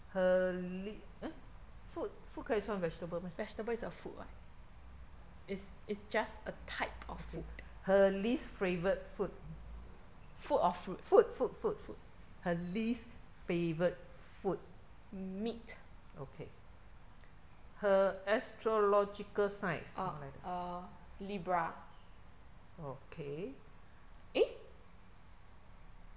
her le~ eh food food 可以算 vegetable meh her least favourite food food food food food her least favourite food okay her astrological sign 什么来的 okay